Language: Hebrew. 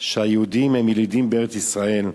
שהיהודים הם ילידים בארץ-ישראל.